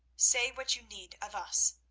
say what you need of us.